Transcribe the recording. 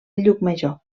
llucmajor